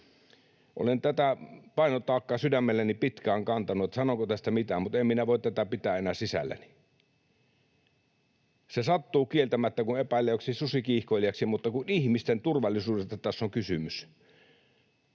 Olen tätä painotaakkaa sydämelläni pitkään kantanut, että sanonko tästä mitään, mutta en minä voi tätä pitää enää sisälläni. Se sattuu kieltämättä, kun epäillään joksikin susikiihkoilijaksi, mutta kun ihmisten turvallisuudesta tässä on kysymys.